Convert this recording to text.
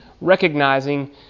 recognizing